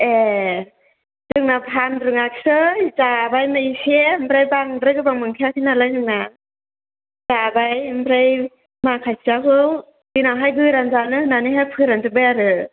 ए जोंना फान्नो रोङासै जाबाय एसे ओमफ्राय बांद्राय गोबाव मोनखायाखै नालाय जोंना जाबाय ओमफ्राय माखासेआथ' देनांहाय गोरान जानो होन्नानै फोरानजोब्बाय आरो